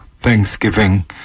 thanksgiving